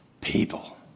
People